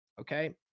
Okay